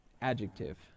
Adjective